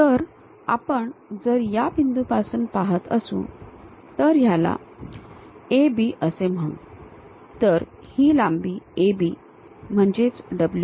तर आपण जर या बिंदूपासून पाहत असू तर याला असे A B म्हणू तर ही लांबी A B म्हणजे W असेल